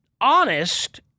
honest